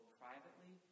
privately